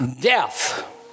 death